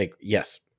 Yes